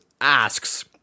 asks